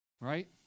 right